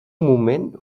moment